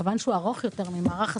מכיוון שהוא ארוך יותר ממערך הסדיר,